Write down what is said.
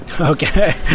Okay